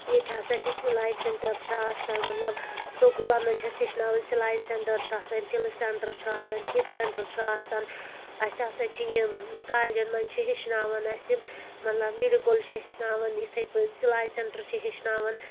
ییٚتہِ ہسا چھِ سِلایہِ سینٹر چھُ آسان مطلب سکوٗلن منٛز چھِ اَسہِ ہیٚچھناوان سِلایہِ سینٹر چھُ آسان تِلہٕ سینٹر چھُ آسان فیٖتہٕ سینٹر چھُ آسان اسہِ ہسا چھِ یم کالجن منٛز چھِ ہیٚچھناوان اَسہِ یِم مطلب میڈکل چھِ ہیٚچھناوان یِتھٕے پٲٹھۍ سِلاے سینٹر چھِ ہیٚچھناوان